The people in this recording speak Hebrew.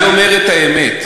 אני אומר את האמת.